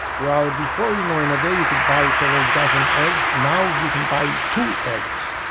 well, before, you know, in a day, you could buy several dozen eggs. now you can buy two eggs.